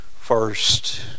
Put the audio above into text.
first